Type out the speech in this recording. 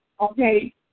okay